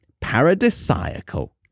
Paradisiacal